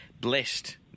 blessed